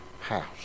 house